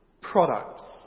products